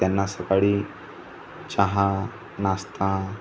त्यांना सकाळी चहा नाश्ता